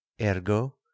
ergo